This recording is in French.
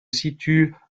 situe